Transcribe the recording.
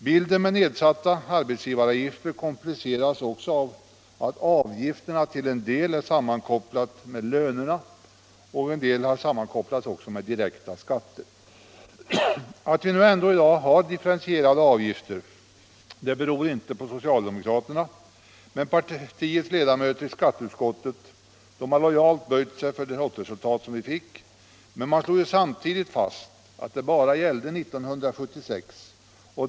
Bilden kompliceras av att avgifterna till en del är sammankopplade med lönerna och till en del också med direkta skatter. Att vi i dag ändå har differentierade avgifter beror inte på socialdemokraterna. Partiets ledamöter i skatteutskottet har lojalt böjt sig för lottresultatet. Men de slog samtidigt fast att det bara gällde 1976.